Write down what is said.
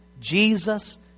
Jesus